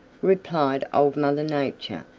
replied old mother nature.